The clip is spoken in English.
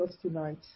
tonight